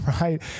right